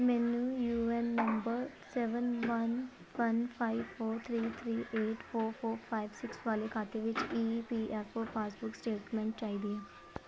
ਮੈਨੂੰ U A N number seven one one five four three three eight four four five six ਵਾਲੇ ਖਾਤੇ ਲਈ E P F O passbook statement ਚਾਹੀਦੀ ਹੈ